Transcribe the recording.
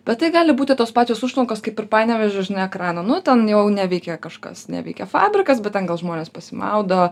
bet tai gali būti tos pačios užtvankos kaip ir panevėžio ekrano nu ten jau neveikia kažkas neveikia fabrikas bet ten gal žmonės pasimaudo